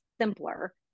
simpler